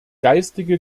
geistige